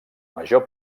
major